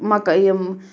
مَکٕے یِم